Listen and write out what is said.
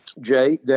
Jay